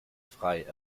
frei